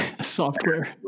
software